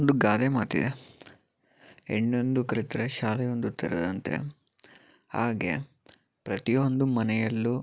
ಒಂದು ಗಾದೆ ಮಾತಿದೆ ಹೆಣ್ಣೊಂದು ಕಲಿತರೆ ಶಾಲೆಯೊಂದು ತೆರೆದಂತೆ ಹಾಗೆ ಪ್ರತಿಯೊಂದು ಮನೆಯಲ್ಲು